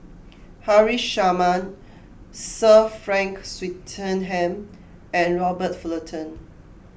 Haresh Sharma Sir Frank Swettenham and Robert Fullerton